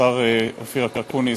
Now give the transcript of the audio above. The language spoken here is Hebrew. השר אופיר אקוניס,